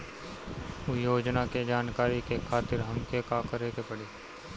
उ योजना के जानकारी के खातिर हमके का करे के पड़ी?